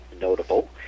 notable